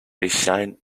designed